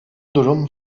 durum